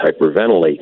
hyperventilate